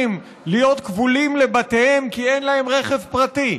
להיות כבולים לבתיהם כי אין להם רכב פרטי?